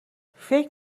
فکر